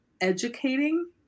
educating